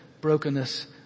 brokenness